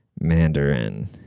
mandarin